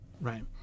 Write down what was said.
right